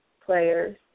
players